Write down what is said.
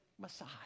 Messiah